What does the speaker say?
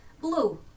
Blue